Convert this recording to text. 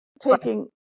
taking